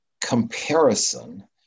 comparison